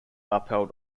upheld